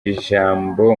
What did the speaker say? ijambo